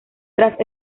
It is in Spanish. tras